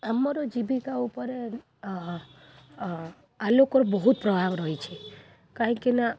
ଆମର ଜୀବିକା ଉପରେ ଆଲୋକର ବହୁତ ପ୍ରଭାବ ରହିଛି କାହିଁକିନା